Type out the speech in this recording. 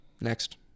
Next